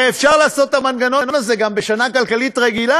הרי אפשר לעשות את המנגנון הזה גם בשנה כלכלית רגילה,